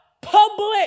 public